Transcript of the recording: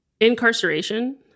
incarceration